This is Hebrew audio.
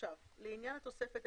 לעניין התוספת.